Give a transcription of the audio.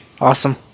Awesome